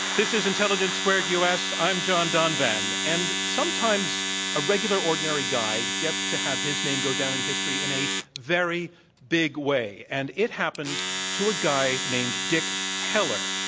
this is intelligence squared u. s. i'm john donvan, and sometimes a regular ordinary guy gets to have his name go down in history in a very big way, and it happened to a guy named dick heller,